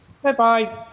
Bye-bye